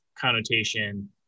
connotation